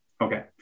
Okay